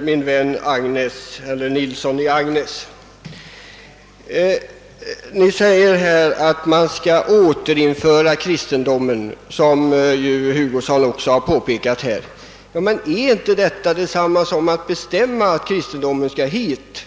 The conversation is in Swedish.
min vän herr Nilsson i Agnäs. Han säger att man skall återinföra kristendomen. Är inte detta — såsom herr Hugosson också påpekat — detsamma som att bestämma att just kristendomen skall återinföras?